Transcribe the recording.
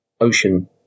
ocean